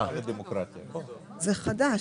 זה חדש.